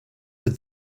but